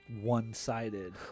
one-sided